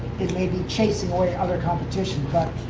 it may be chasing away other competition. but